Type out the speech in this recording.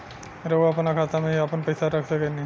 रउआ आपना खाता में ही आपन पईसा रख सकेनी